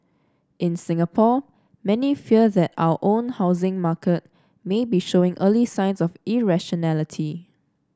in Singapore many fear that our own housing market may be showing early signs of irrationality